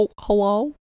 Hello